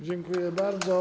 Dziękuję bardzo.